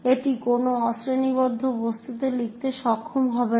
এটি কোন অশ্রেণীবদ্ধ বস্তুতে লিখতে সক্ষম হবে না